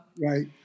Right